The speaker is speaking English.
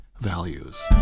values